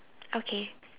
okay